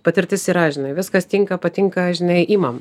patirtis yra žinai viskas tinka patinka žinai imam